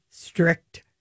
strict